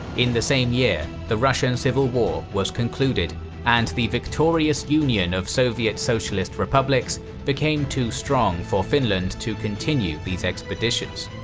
in the same year, the russian civil war was concluded and the victorious union of soviet socialist republics became too strong for finland to continue these expeditions.